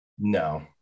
no